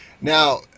Now